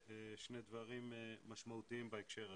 שני דברים משמעותיים בהקשר הזה,